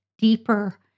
deeper